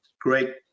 great